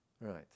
Right